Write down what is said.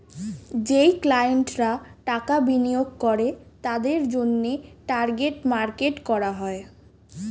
যেই ক্লায়েন্টরা টাকা বিনিয়োগ করে তাদের জন্যে টার্গেট মার্কেট করা হয়